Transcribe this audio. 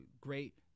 great